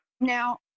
Now